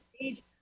age